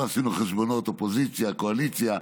לא עשינו חשבונות אופוזיציה קואליציה,